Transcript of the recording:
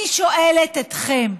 אני שואלת אתכם: